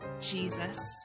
Jesus